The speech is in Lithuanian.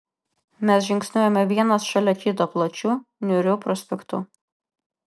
mes žingsniuojame vienas šalia kito plačiu niūriu prospektu